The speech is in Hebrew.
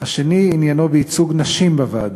השני עניינו בייצוג נשים בוועדה.